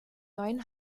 neuen